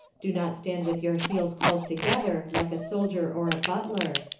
do not stand with your heels close together, like a soldier or a butler.